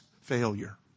failure